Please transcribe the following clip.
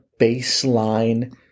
baseline